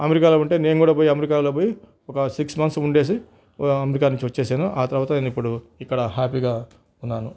అమెరికాలో ఉంటే నేను కూడా అమెరికాలో పోయి ఒక సిక్స్ మంత్స్ ఉండి అమెరికా నుంచి వచ్చేసాను ఆ తర్వాత ఇప్పుడు నేను ఇక్కడ హ్యాపీగా ఉన్నాను